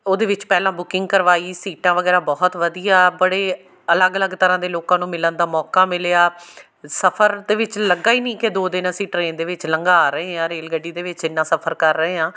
ਉਹਦੇ ਵਿੱਚ ਪਹਿਲਾਂ ਬੁਕਿੰਗ ਕਰਵਾਈ ਸੀਟਾਂ ਵਗੈਰਾ ਬਹੁਤ ਵਧੀਆ ਬੜੇ ਅਲੱਗ ਅਲੱਗ ਤਰ੍ਹਾਂ ਦੇ ਲੋਕਾਂ ਨੂੰ ਮਿਲਣ ਦਾ ਮੌਕਾ ਮਿਲਿਆ ਸਫ਼ਰ ਦੇ ਵਿੱਚ ਲੱਗਾ ਹੀ ਨਹੀਂ ਕਿ ਦੋ ਦਿਨ ਅਸੀਂ ਟ੍ਰੇਨ ਦੇ ਵਿੱਚ ਲੰਘਾ ਰਹੇ ਹਾਂ ਰੇਲ ਗੱਡੀ ਦੇ ਵਿੱਚ ਇੰਨਾ ਸਫ਼ਰ ਕਰ ਰਹੇ ਹਾਂ